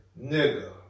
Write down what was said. nigga